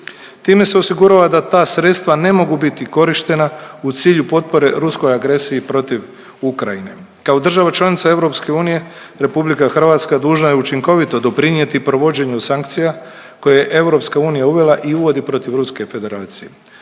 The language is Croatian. Time se osigurava da ta sredstva ne mogu biti korištena u cilju potpore ruskoj agresiji protiv Ukrajine. Kao država članica Europske unije Republika Hrvatska dužna je učinkovito doprinijeti provođenju sankcija koje je Europska unija uvela i uvodi protiv Ruske federacije.